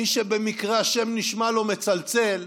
מי שבמקרה השם נשמע לו מצלצל,